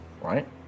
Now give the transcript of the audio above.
Right